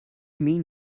mean